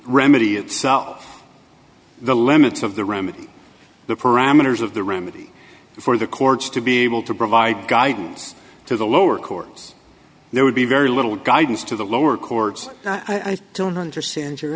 remedy itself the limits of the remedy the parameters of the remedy for the courts to be able to provide guidance to the lower courts there would be very little guidance to the lower courts i don't understand your